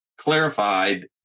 clarified